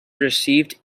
received